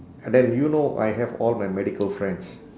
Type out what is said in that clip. and then you know I have all my medical friends